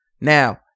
now